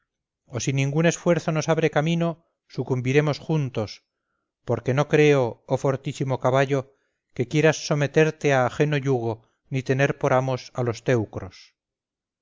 o si ningún esfuerzo nos abre camino sucumbiremos junto porque no creo oh fortísimo caballo que quieras someterte a ajeno yugo ni tener por amos a los teucros